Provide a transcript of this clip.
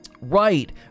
Right